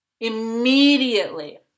Immediately